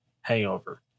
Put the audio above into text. hangover